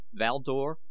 Valdor